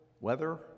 weather